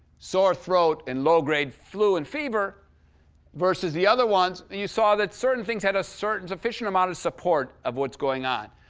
sore throat, and low-grade flu and fever versus the other ones, you saw that certain things had a certain sufficient amount of support of what's going on.